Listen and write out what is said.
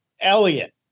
elliot